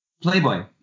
Playboy